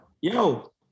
Yo